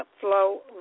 Flow